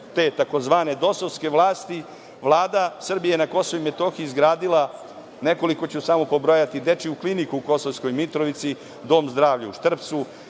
te tzv. dosovske vlasti, Vlada Srbije na KiM je izgradila nekoliko, samo ću pobrojati: Dečiju kliniku u Kosovskoj Mitrovici, Dom zdravlja u Štrpcu,